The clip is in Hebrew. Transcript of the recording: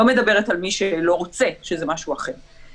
לא מדברת על מי שלא רוצה, שזה משהו אחר.